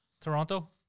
Toronto